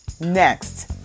next